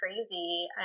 crazy